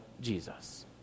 Jesus